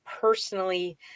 personally